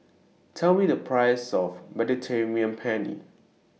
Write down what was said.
Tell Me The Price of Mediterranean Penne